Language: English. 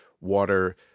water